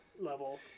level